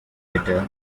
hitter